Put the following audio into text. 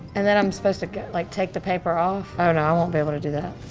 and then i'm suppose to like take the paper off? oh, no, i won't be able to do that.